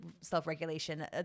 self-regulation